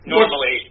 Normally